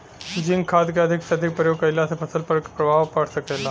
Zinc खाद क अधिक से अधिक प्रयोग कइला से फसल पर का प्रभाव पड़ सकेला?